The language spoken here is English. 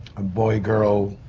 a boy girl,